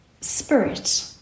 spirit